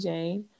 Jane